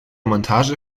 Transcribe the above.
montage